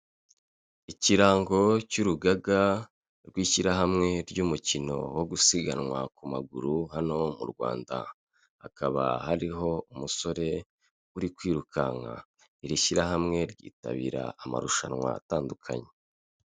Ikirango cy'urugaga rw'ishyirahamwe ry'umukino wo gusiganwa ku maguru hano mu Rwanda, hakaba hariho umusore uri kwirukanka, iri shyirahamwe ryitabira amarushanwa atandukanye.